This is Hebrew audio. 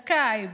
בסקייפ,